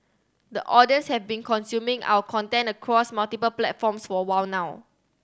audiences have been consuming our content across multiple platforms for a while now